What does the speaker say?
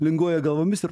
linguoja galvomis ir